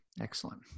Excellent